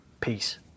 Peace